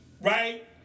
right